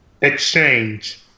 Exchange